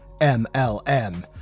MLM